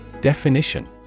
Definition